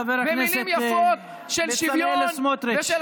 חבר הכנסת בצלאל סמוטריץ'.